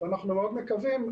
ואנחנו מאוד מקווים,